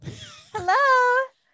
Hello